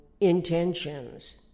intentions